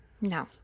No